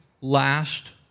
last